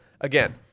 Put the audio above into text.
again